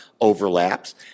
overlaps